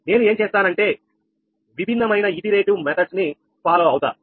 నేను ఏం చేస్తానంటే విభిన్నమైన ఇటరేటివ్ పద్ధతి ని అనుసరిస్తాను